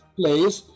place